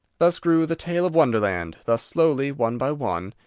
thus grew the tale of wonderland thus slowly, one by one,